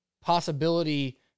possibility